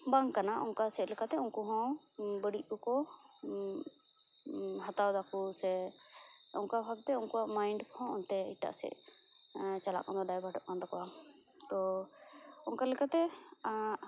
ᱵᱟᱝ ᱠᱟᱱᱟ ᱚᱱᱠᱟ ᱥᱮᱫ ᱞᱮᱠᱟᱛᱮ ᱩᱱᱠᱩ ᱦᱚᱸ ᱵᱟᱲᱤᱡ ᱠᱚᱠᱚ ᱦᱟᱛᱟᱣ ᱮᱫᱟ ᱠᱚ ᱥᱮ ᱚᱱᱠᱟ ᱵᱷᱟᱵᱽ ᱛᱮ ᱩᱱᱠᱩᱣᱟᱜ ᱢᱟᱭᱤᱰ ᱦᱚᱸ ᱚᱱᱛᱮ ᱮᱴᱟᱜ ᱥᱮᱡ ᱪᱟᱞᱟᱜ ᱠᱟᱱᱟ ᱰᱟᱭᱵᱷᱟᱴᱚᱜ ᱠᱟᱱ ᱛᱟᱠᱚᱭᱟ ᱛᱚ ᱚᱱᱠᱟ ᱞᱮᱠᱟᱛᱮ